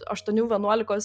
aštuonių vienuolikos